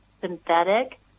synthetic